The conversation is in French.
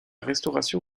restauration